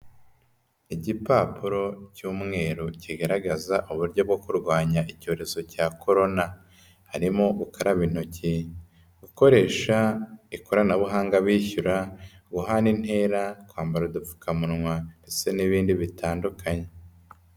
Igipapuro cy'umweru kigaragaza uburyo bwo kurwanya icyorezo cya korona, harimo gukaraba intoki, gukoresha ikoranabuhanga bishyura, guhana intera, kwambara udupfukamunwa, ndetse n'ibindi bitandukanye.